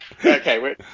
Okay